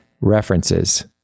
references